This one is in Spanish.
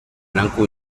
blanco